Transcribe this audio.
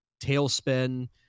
Tailspin